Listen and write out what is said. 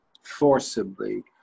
forcibly